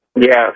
Yes